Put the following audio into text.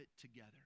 together